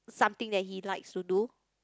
something that he likes to do